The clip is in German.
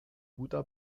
buddha